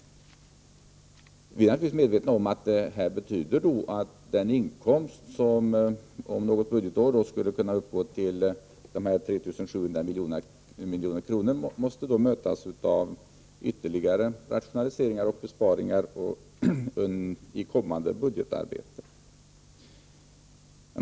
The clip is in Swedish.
Vi är naturligtvis medvetna om att det betyder att den inkomst som om något budgetår skulle kunna uppgå till dessa 3 700 milj.kr. måste mötas av ytterligare rationaliseringar och besparingar i kommande budgetarbete.